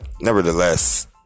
nevertheless